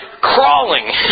crawling